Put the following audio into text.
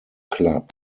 club